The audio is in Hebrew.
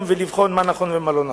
ולבחון מה נכון ומה לא נכון.